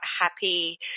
happy